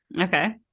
Okay